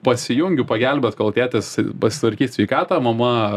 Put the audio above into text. pasijungiu pagelbėt kol tėtis pasitvarkyt sveikatą mama